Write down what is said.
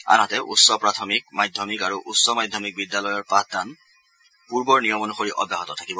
আনহাতে উচ্চ প্ৰাথমিক মাধ্যমিক আৰু উচ্চ মাধ্যমিক বিদ্যালয়ৰ পাঠদান পুৰ্বৰ নিয়ম অনুসৰি অব্যাহত থাকিব